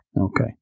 Okay